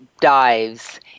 dives